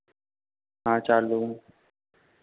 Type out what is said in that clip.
हाँ चार लोग